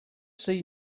see